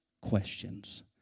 questions